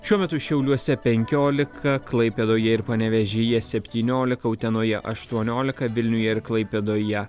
šiuo metu šiauliuose penkiolika klaipėdoje ir panevėžyje septyniolika utenoje aštuoniolika vilniuje ir klaipėdoje